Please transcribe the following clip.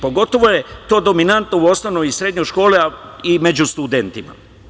Pogotovo je to dominantno u osnovnoj i srednjoj školi, a i među studentima.